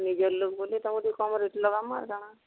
ନିଜର ଲୋକ ବୋଲି ତମକୁ ଟିକେ କମ୍ ରେଟ୍ ଲଗାମା କାଣା